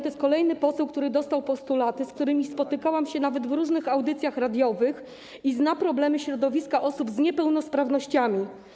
To jest kolejny poseł, który dostał postulaty, z którymi spotykałam się nawet w różnych audycjach radiowych, i zna problemy środowiska osób z niepełnosprawnościami.